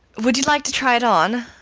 would you like to try it on?